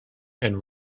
and